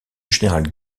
général